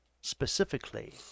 Specifically